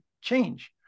change